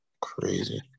Crazy